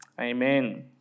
Amen